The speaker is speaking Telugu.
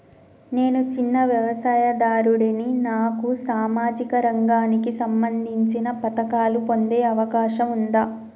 నేను చిన్న వ్యవసాయదారుడిని నాకు సామాజిక రంగానికి సంబంధించిన పథకాలు పొందే అవకాశం ఉందా?